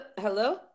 hello